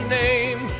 name